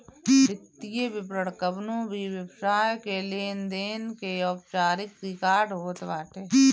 वित्तीय विवरण कवनो भी व्यवसाय के लेनदेन के औपचारिक रिकार्ड होत बाटे